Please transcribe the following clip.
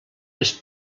les